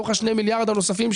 יש בתוך שני המיליארד הנוספים,